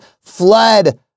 flood